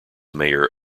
mayor